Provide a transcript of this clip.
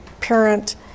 parent